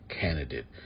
candidate